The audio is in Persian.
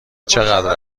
چقدر